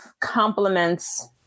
compliments